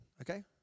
Okay